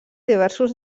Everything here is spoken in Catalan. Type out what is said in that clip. diversos